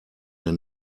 der